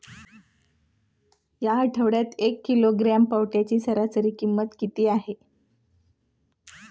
या आठवड्यात एक किलोग्रॅम पावट्याची सरासरी किंमत किती आहे?